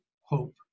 hope